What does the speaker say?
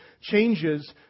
changes